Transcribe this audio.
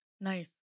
Nice